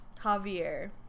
Javier